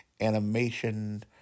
animation